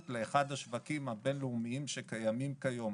לאחד השווקים הבין-לאומיים שקיימים כיום.